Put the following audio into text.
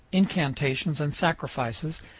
incantations, and sacrifices,